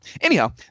Anyhow